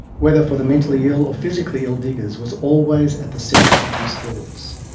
whether for the mentally ill or physically ill diggers was always at the centre of his thoughts.